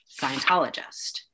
Scientologist